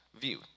view